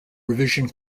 revision